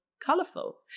colourful